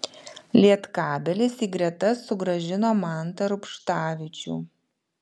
lietkabelis į gretas sugrąžino mantą rubštavičių